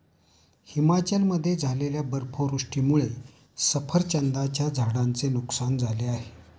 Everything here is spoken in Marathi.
हिमाचलमध्ये झालेल्या बर्फवृष्टीमुळे सफरचंदाच्या झाडांचे नुकसान झाले आहे